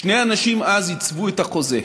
שני אנשים עיצבו אז את החוזה.